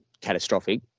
catastrophic